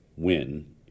win